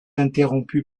interrompue